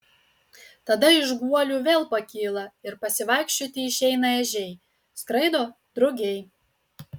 tada iš guolių vėl pakyla ir pasivaikščioti išeina ežiai skraido drugiai